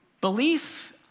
belief